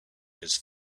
his